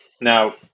Now